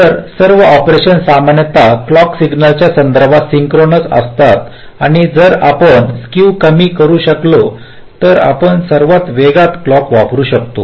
तर सर्व ऑपरेशन्स सामान्यत क्लॉक सिग्नल च्या संदर्भात सिंक्रोनस असतात आणि जर आपण स्केव कमी करू शकू तर आपण सर्वात वेगवान क्लॉक वापरू शकतो